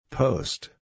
Post